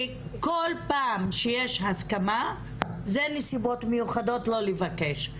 שכל פעם שיש הסכמה אלה נסיבות מיוחדות שלא לבקש.